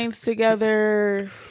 together